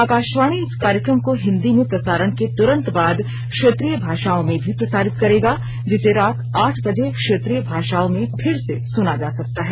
आकाशवाणी इस कार्यक्रम को हिन्दी में प्रसारण के तुरंत बाद क्षेत्रीय भाषाओं में भी प्रसारित करेगा जिसे रात आठ बजे क्षेत्रीय भाषाओं में फिर से सुना जा सकता है